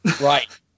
Right